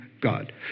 God